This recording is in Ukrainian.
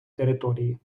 території